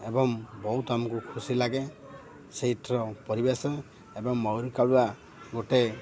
ଏବଂ ବହୁତ ଆମକୁ ଖୁସି ଲାଗେ ସେଇଠିର ପରିବେଶ ଏବଂ ମହୁରୀ କାଳୁଆ ଗୋଟେ